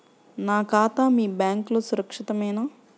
నా ఖాతా మీ బ్యాంక్లో సురక్షితమేనా?